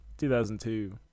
2002